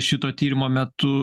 šito tyrimo metu